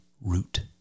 root